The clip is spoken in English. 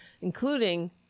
including